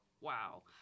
wow